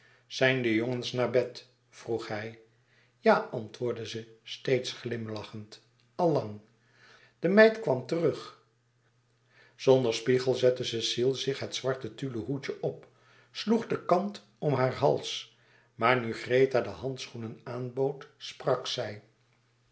zijn de jongens naar bed vroeg hij ja antwoordde ze steeds glimlachend al lang de meid kwam terug zonder spiegel zette cecile zich het zwarte tulle hoedje op sloeg den kant om haar hals maar nu greta de handschoenen aanbood sprak zij